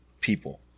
people